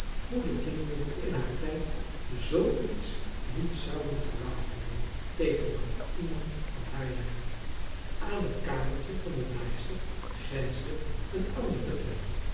hoe de kinderen in haar tijd zoo iets niet zouden gewaagd hebben tegenover iemand van haar jaren aan het kamertje van de naaister grensde een ander vertrekje